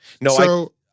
No